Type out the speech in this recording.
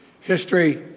History